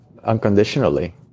unconditionally